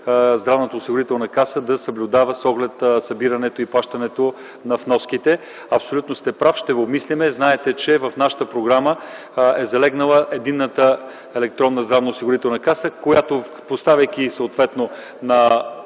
Здравноосигурителната каса да съблюдава събирането и плащането на вноските. Абсолютно сте прав. Ще го обмислим. Знаете, че в нашата програма е залегнала Единната електронна здравна осигурителна каса и поставяйки картата на